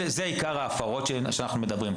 אלה ההפרות העיקריות.